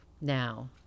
now